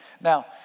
Now